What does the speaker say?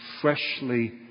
freshly